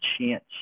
chance